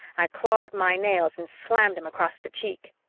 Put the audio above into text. i clawed my nails and slammed him across the cheek.